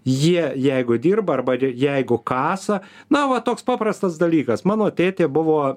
jie jeigu dirba arba ir jeigu kasa na va toks paprastas dalykas mano tėtė buvo